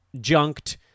junked